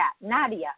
Nadia